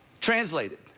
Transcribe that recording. Translated